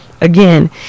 again